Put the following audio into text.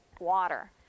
water